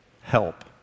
help